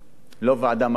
לא ועדה ממליצה